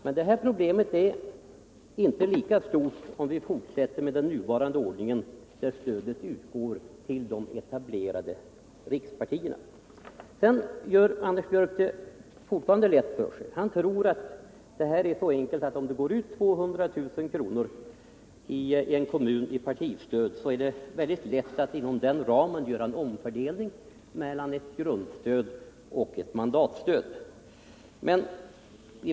Men problemet blir inte lika stort med nuvarande ordning, där stödet utgår till de etablerade rikspartierna. Herr Björck gör det fortfarande lätt för sig när han tror att frågan är så enkel att man utan vidare kan göra en omfördelning inom ramen för ett partistöd som utgår i en kommun, t.ex. om 200 000 kr., mellan ett grundstöd och ett mandatstöd.